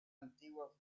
antigua